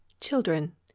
children